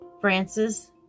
Francis